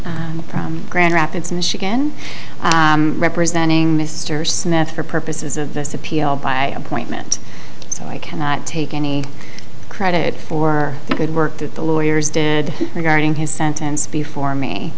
cab from grand rapids michigan representing mr smith for purposes of this appeal by appointment so i cannot take any credit for the good work that the lawyers did regarding his sentence before me